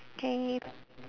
K